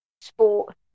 sport